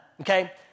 Okay